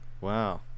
Wow